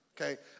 Okay